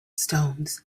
stones